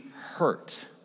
hurt